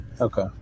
okay